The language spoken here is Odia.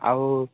ଆଉ